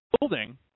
building